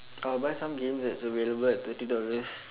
I will buy some games that's available at twenty dollars